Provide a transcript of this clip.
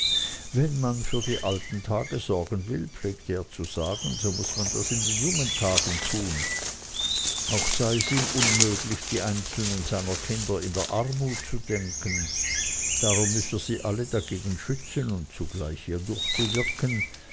wenn man für die alten tage sorgen will pflegte er zu sagen so muß man das in den jungen tagen tun auch sei es ihm unmöglich die einzelnen seiner kinder in der armut zu denken darum müsse er sie alle dagegen schützen und zugleich hiedurch bewirken